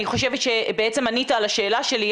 אני חושבת שבעצם ענית על השאלה שלי.